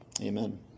Amen